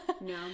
No